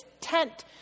tent